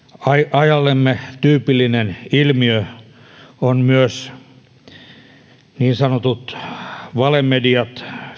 ajallemme tyypillinen ilmiö on myös niin sanotut valemediat